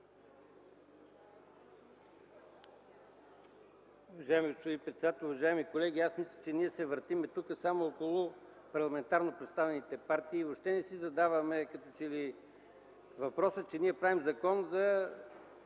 Уважаеми господин председател, уважаеми колеги! Мисля, че ние се въртим само около парламентарно представените партии и въобще не си задаваме въпроса, че правим Закон за